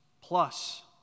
plus